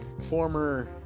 former